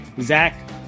Zach